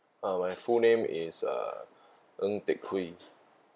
uh my full name is uh ng teck hui